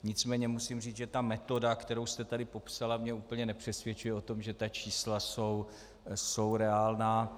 Nicméně musím říct, že metoda, kterou jste tady popsala, mě úplně nepřesvědčuje o tom, že čísla jsou reálná.